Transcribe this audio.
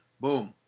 Boom